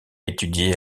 étudié